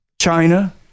China